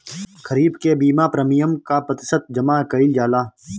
खरीफ के बीमा प्रमिएम क प्रतिशत जमा कयील जाला?